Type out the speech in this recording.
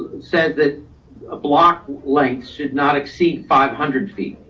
says that a block length should not exceed five hundred feet.